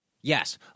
yes